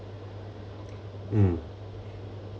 mm